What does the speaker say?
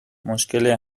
مشکل